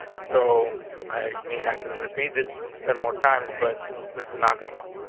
so i mean, i can repeat this ten more times, but this is not gonna work.